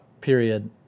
Period